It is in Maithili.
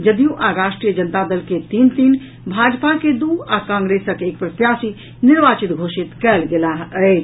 जदयू आ राष्ट्रीय जनता दल के तीन तीन भाजपा के दू आ कांग्रेसक एक प्रत्याशी निर्वाचित घोषित कयल गेलाह अछि